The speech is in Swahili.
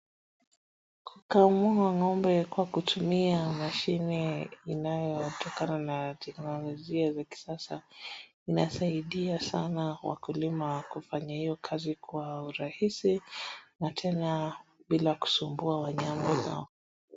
Kukamua ng'ombe kwa kutumia mashini inayotokana na teknolojia za kisasa inasaidia sana wakulima wa kufanya hio kazi kwa urahisi na tena bila kusumbua wanyama zao.